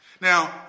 Now